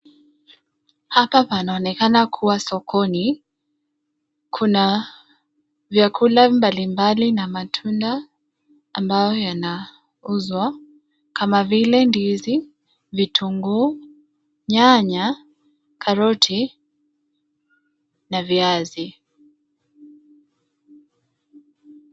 Hapa panaonekana kuwa sokoni, kuna, vyakula mbalimbali na matunda, ambayo yana, uzwa, kama vile ndizi, vitunguu, nyanya, karoti, na viazi.